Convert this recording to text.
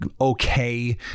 okay